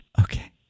Okay